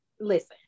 listen